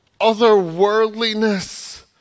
otherworldliness